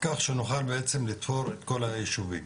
כך שנוכל בעצם לתפור את כל היישובים.